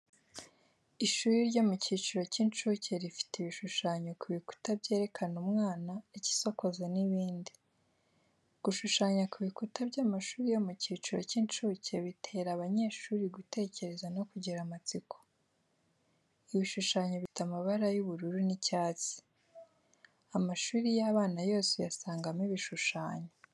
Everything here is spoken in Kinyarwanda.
Ishuri ryo mu cyiciro cy'incuke rifite ibishushanyo ku bikuta byerekana umwana, igisokozo n'ibindi. Gushushanya ku bikuta by'amashuri yo mu cyiciro cy'incuke bitera abanyeshuri gutekereza no kugira amatsiko. Ibishushanyo bifite amabara y'ubururu n'icyatsi. Amashuri y'abana yose uyasangamo ibishushanyo.